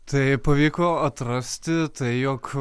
tai pavyko atrasti tai jog